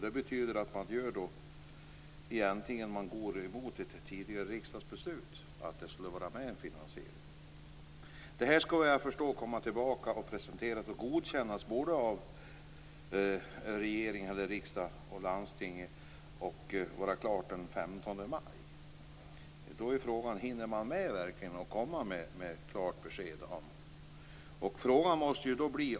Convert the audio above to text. Det betyder att man går emot ett tidigare riksdagsbeslut. Vad jag förstår skall detta godkännas av både riksdag och landsting och vara klart den 15 maj. Hinner man komma med ett klart besked?